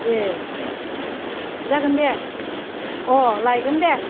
ए जागोन दे अ लायगोन दे